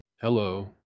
Hello